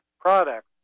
products